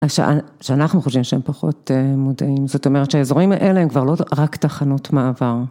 שאנחנו חושבים שהם פחות מודעים, זאת אומרת שהאזורים האלה הם כבר לא רק תחנות מעבר.